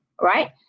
right